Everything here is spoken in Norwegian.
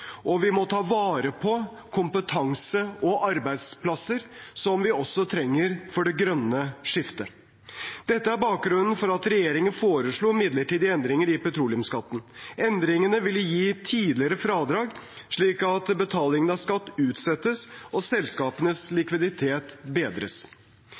og for dypt, og vi må ta vare på kompetanse og arbeidsplasser, som vi også trenger for det grønne skiftet. Dette er bakgrunnen for at regjeringen foreslår midlertidige endringer i petroleumsskatten. Endringene vil gi tidligere fradrag, slik at betalingen av skatt utsettes og selskapenes